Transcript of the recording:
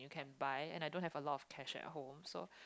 can buy and I don't have a lot of cash at home so